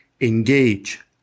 engage